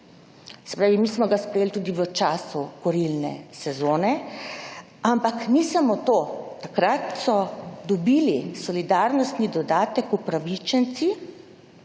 se pravi mi smo ga sprejeli tudi v času kurilne sezone. Ampak ni samo to, takrat so dobili solidarnosti dodatek upravičenci